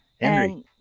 Henry